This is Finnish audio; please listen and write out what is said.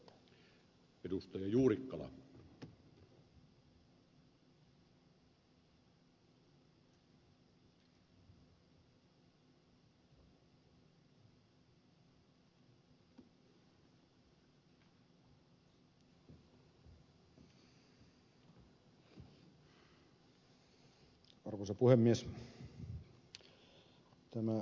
arvoisa puhemies